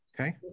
Okay